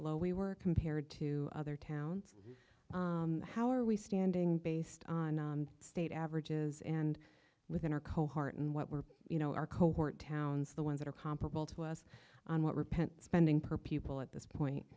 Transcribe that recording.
low we were compared to other towns how are we standing based on state averages and within our cohort and what we're you know our cohort towns the ones that are comparable to us on what repent spending per pupil at this point